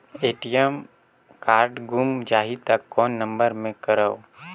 ATM card गुम जाही त कौन नम्बर मे करव?